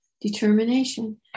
determination